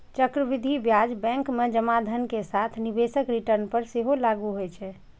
चक्रवृद्धि ब्याज बैंक मे जमा धन के साथ निवेशक रिटर्न पर सेहो लागू होइ छै